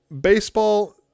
baseball